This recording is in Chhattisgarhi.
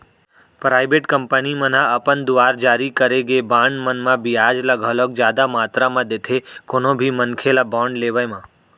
पराइबेट कंपनी मन ह अपन दुवार जारी करे गे बांड मन म बियाज ल घलोक जादा मातरा म देथे कोनो भी मनखे ल बांड लेवई म